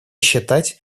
считать